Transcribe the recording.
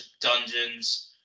dungeons